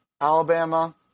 Alabama